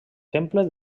terme